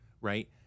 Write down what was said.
right